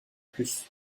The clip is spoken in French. plus